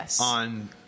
on